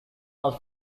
was